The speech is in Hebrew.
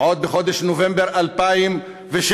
עוד בחודש נובמבר 2006,